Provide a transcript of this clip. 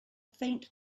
faint